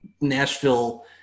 Nashville